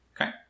Okay